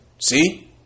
See